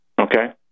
okay